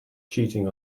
cheating